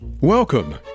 Welcome